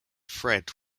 fred